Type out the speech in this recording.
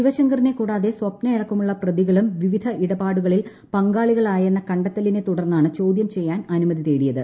ശിവശങ്കറിനെ കൂടാതെ സ്വപ്നയടക്ക മുള്ള പ്രതികളും വിവിധ ഇടപാടുകളിൽ പങ്കാളികളായെന്ന കണ്ടെത്തലിനെ തുടർന്നാണ് ചോദ്യം ചെയ്യാൻ അനുമതി തേടിയത്